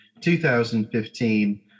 2015